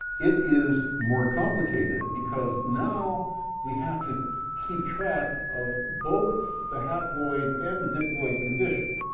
it is more complicated because now we have to keep track of both the haploid and the diploid condition.